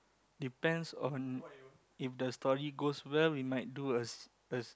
depends on if the story goes well we might do a s~ a s~